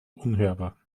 unhörbar